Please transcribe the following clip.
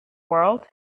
world